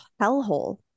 hellhole